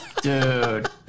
Dude